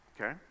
okay